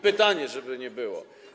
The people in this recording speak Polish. Pytanie, żeby nie było.